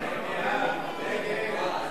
הודעת הממשלה על העברת